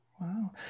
Wow